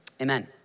Amen